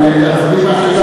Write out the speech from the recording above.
אבל אסביר לך,